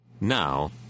now